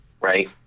Right